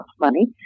money